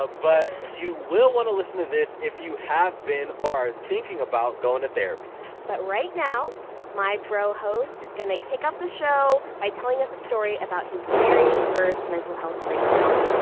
ah but you will want to listen to this if you have been to or are thinking about going to therapy but right now my bro-host is gonna kick off the show by telling us a story about his very first mental health breakdown.